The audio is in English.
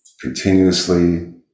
continuously